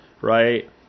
right